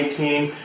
2018